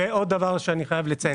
עוד דבר שאני חייב לציין,